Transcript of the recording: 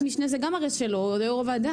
ועדת משנה זה גם הרי שלו, הוא יו"ר הוועדה.